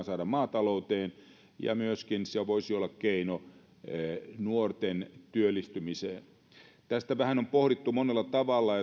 saada maatalouteen ja se voisi olla keino myöskin nuorten työllistymiseen tätä vähän on pohdittu monella tavalla